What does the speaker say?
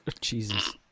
Jesus